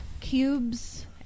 cubes